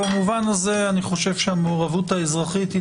במובן הזה אני חושב שהמעורבות האזרחית היא